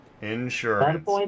Insurance